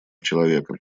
человека